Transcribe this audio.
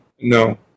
no